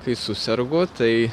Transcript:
kai susergu tai